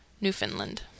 Newfoundland